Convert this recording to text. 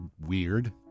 weird